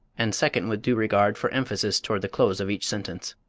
and second with due regard for emphasis toward the close of each sentence.